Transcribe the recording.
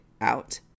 out